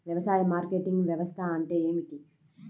వ్యవసాయ మార్కెటింగ్ వ్యవస్థ అంటే ఏమిటి?